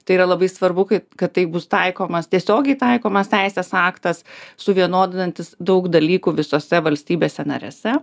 tai yra labai svarbu kaip kad taip bus taikomas tiesiogiai taikomas teisės aktas suvienodinantis daug dalykų visose valstybėse narėse